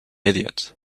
idiot